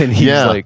and yeah, like